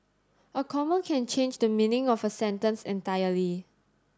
a comma can change the meaning of a sentence entirely